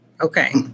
Okay